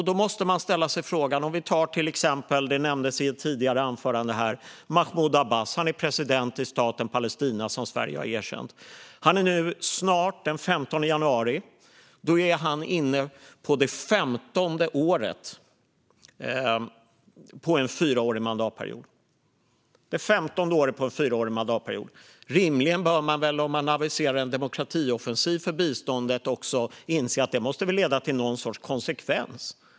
Då måste man ställa sig vissa frågor. Ett exempel gäller Mahmud Abbas som är president i staten Palestina, som Sverige har erkänt. Snart, den 15 januari, är han inne på det 15:e året som president på en fyraårig mandatperiod - det 15:e året på en fyraårig mandatperiod! Om man aviserar en demokratioffensiv för biståndet bör man väl rimligen inse att det måste leda till någon sorts konsekvens.